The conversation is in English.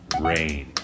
Rain